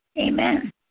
Amen